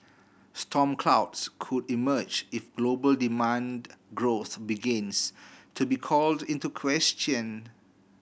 storm clouds could emerge if global demand growth begins to be called into question